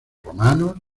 romanos